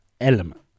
element